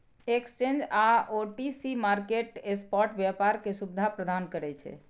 exchange आ OTC market spot व्यापार के सुविधा प्रदान करै छै